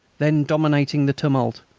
then, dominating the tumult,